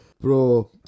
Bro